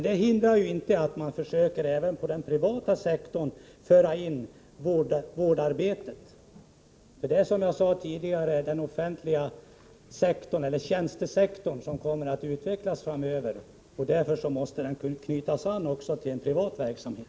Det hindrar inte att man försöker föra in även vårdarbete på den privata sektorn. Som jag sade tidigare är det ju främst tjänstesektorn som kommer att utvecklas framöver, och därför måste den anknytas också till privat verksamhet.